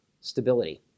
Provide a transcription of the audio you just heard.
stability